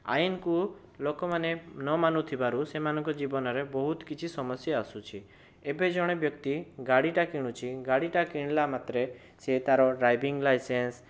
ଆଇନକୁ ଲୋକମାନେ ନ ମାନୁଥିବାରୁ ସେମାନଙ୍କ ଜୀବନରେ ବହୁତ କିଛି ସମସ୍ୟା ଆସୁଛି ଏବେ ଜଣେ ବ୍ୟକ୍ତି ଗାଡ଼ିଟା କିଣୁଛି ଗାଡ଼ିଟା କିଣିଲା ମାତ୍ରେ ସିଏ ତାର ଡ୍ରାଇଭିଙ୍ଗ ଲାଇସେନ୍ସ